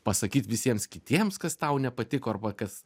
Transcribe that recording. pasakyt visiems kitiems kas tau nepatiko arba kas